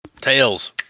Tails